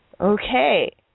Okay